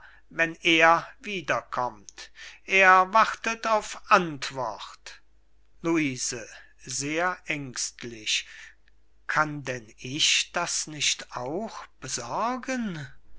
wenn er wieder kommt er wartet auf antwort luise sehr ängstlich kann denn ich das nicht auch besorgen